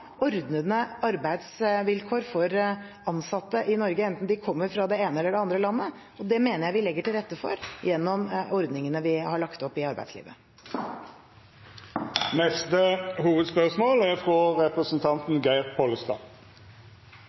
arbeidsvilkår for ansatte i Norge, enten de kommer fra det ene eller det andre landet. Det mener jeg vi legger til rette for gjennom ordningene vi har lagt opp i arbeidslivet. Me går vidare til neste